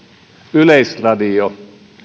yleisradio